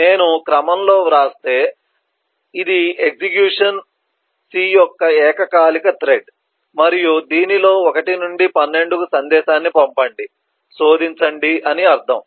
నేను క్రమంలో వ్రాస్తే ఇది ఎగ్జిక్యూషన్ c యొక్క ఏకకాలిక థ్రెడ్ మరియు దీనిలో 1 నుండి 12 కు సందేశాన్ని పంపండి శోధించండి అని అర్ధం